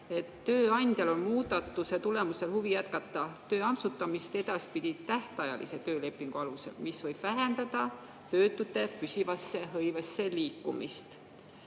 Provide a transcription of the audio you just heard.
tööandjal on muudatuse tulemusel huvi jätkata tööampsutamist edaspidi tähtajalise töölepingu alusel, mis võib vähendada töötute püsivasse hõivesse liikumist.